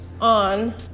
on